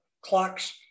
clocks